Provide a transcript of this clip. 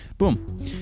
Boom